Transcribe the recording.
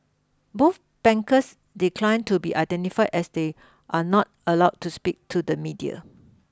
both bankers declined to be identified as they are not allowed to speak to the media